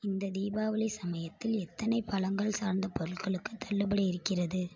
இந்த தீபாவளி சமயத்தில் எத்தனை பழங்கள் சார்ந்த பொருள்களுக்கு தள்ளுபடி இருக்கிறது